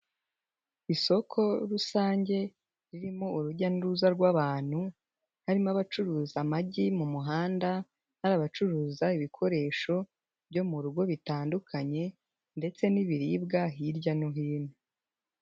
Isoko rusange ririmo urujya n'uruza rw'abantu, harimo abacuruza amagi mu muhanda, hari abacuruza ibikoresho byo mu rugo bitandukanye, ndetse n'ibiribwa hirya no hino.